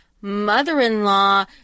mother-in-law